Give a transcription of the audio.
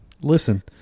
Listen